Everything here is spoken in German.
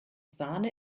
sahne